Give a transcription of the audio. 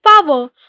power